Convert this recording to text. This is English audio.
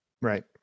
Right